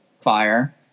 Fire